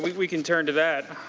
we can turn to that.